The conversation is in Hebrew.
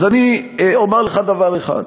אז אני אומר לך דבר אחד.